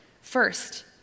First